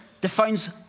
defines